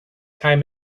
time